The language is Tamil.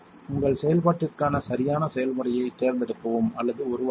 உங்கள் செயல்பாட்டிற்கான சரியான செயல்முறையைத் தேர்ந்தெடுக்கவும் அல்லது உருவாக்கவும்